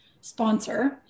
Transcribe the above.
sponsor